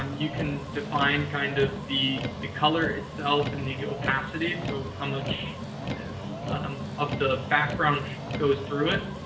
um you can define kind of the the color itself and the opacity. so, how much and um of the background goes through it.